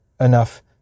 enough